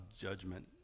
judgment